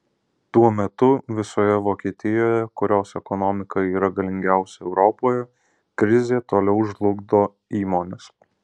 tuo metu visoje vokietijoje kurios ekonomika yra galingiausia europoje krizė toliau žlugdo įmones